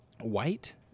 White